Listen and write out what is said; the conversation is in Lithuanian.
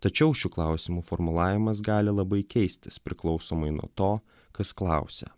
tačiau šių klausimų formulavimas gali labai keistis priklausomai nuo to kas klausia